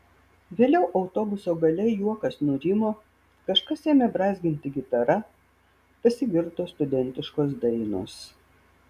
vėliau autobuso gale juokas nurimo kažkas ėmė brązginti gitara pasigirdo studentiškos dainos